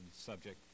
subject